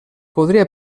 podria